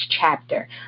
Chapter